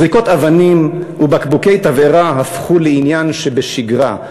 זריקות אבנים ובקבוקי תבערה הפכו לעניין שבשגרה,